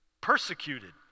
persecuted